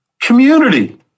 community